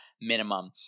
minimum